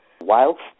whilst